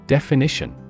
Definition